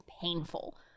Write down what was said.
painful